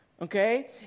Okay